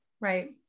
Right